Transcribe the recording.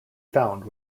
found